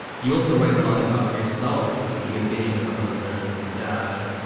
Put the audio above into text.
you also write a lot about yourself as a human being, as a husband, as a dad.